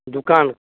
दुकान